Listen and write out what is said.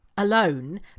Alone